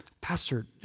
Pastor